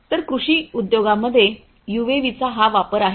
तर कृषी उद्योगांमध्ये यूएव्हीचा हा वापर आहे